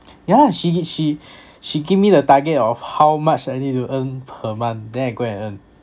yeah she she she give me the target of how much I need to earn per month then I go and earn